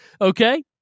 Okay